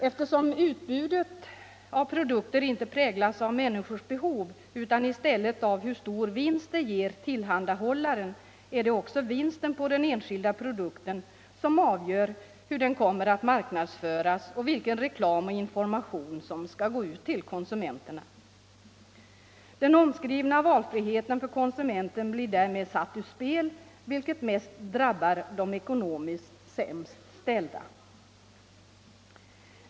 Eftersom utbudet av produkter inte präglas av människors behov utan i stället av hur stor vinst det ger tillhandahållaren, är det också vinsten på den enskilda produkten som avgör hur den kommer att marknadsföras och vilken reklam och information som skall gå ut till konsumenterna. Den omskrivna valfriheten för konsumenten blir därmed satt ur spel, vilket mest drabbar de ekonomiskt sämst ställda.